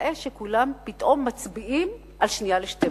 תראה שכולם פתאום מצביעים על שנייה לשתים-עשרה.